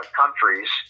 countries